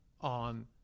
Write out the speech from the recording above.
on